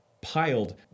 piled